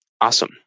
Awesome